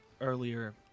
earlier